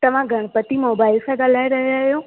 तव्हां गणपति मोबाइल सां ॻाल्हाए रहिया आहियो